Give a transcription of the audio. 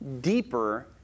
deeper